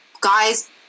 guys